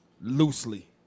loosely